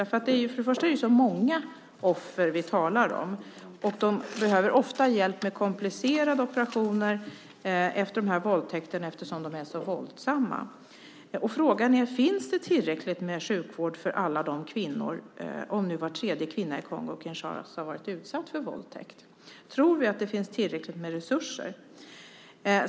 För det första är det så många offer vi talar om. De behöver ofta hjälp med komplicerade operationer efter de här våldtäkterna, eftersom de är så våldsamma. Frågan är: Finns det tillräckligt med sjukvård för alla dessa kvinnor, om nu var tredje kvinna i Kongo-Kinshasa har varit utsatt för våldtäkt? Tror vi att det finns tillräckligt med resurser?